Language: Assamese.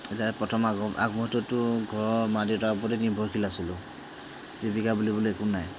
ইয়াৰ প্ৰথম আগ আগমুহূৰ্ততটো ঘৰৰ মা দেউতাৰ ওপৰতে নিৰ্ভৰশীল আছিলোঁ জীৱিকা বুলিবলৈ একো নাই